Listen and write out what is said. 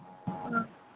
ꯑꯥ